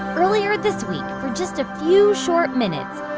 earlier this week, for just a few short minutes,